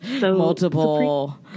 multiple